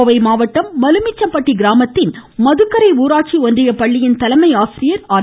கோவை மாவட்டம் மலுமிச்சம்பட்டி கிராமத்தில் மதுக்கரை ஊராட்சி ஒன்றிய பள்ளியின் தலைமையாசிரியை ஆர்